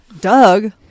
Doug